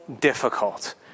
difficult